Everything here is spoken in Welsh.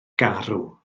garw